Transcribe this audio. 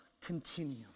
continue